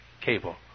cable